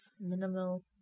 Minimal